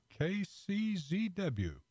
KCZW